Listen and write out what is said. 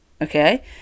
Okay